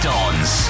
Dons